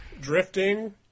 drifting